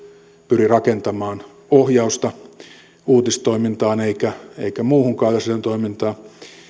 pyri rakentamaan ohjausta uutistoimintaan eikä muuhunkaan yleisradiotoimintaan